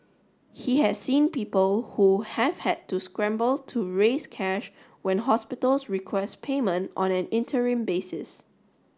he has seen people who have had to scramble to raise cash when hospitals request payment on an interim basis